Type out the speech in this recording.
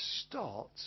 start